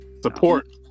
Support